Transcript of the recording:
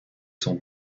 son